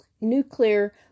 nuclear